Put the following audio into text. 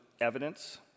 evidence